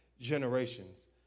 generations